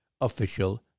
official